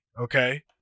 Okay